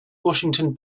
washington